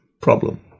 problem